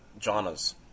jhanas